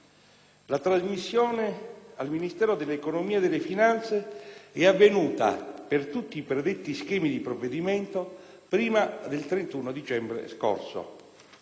La trasmissione al Ministero dell'economia e delle finanze è avvenuta, per tutti i predetti schemi di provvedimento, prima del 31 dicembre scorso.